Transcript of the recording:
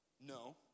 No